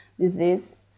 disease